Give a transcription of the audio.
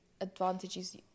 advantages